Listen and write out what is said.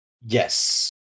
Yes